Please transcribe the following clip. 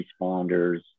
responders